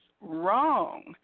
wrong